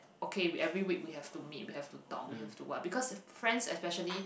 okay we every week we we have to meet we have to talk we have to what because friends especially